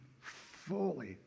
fully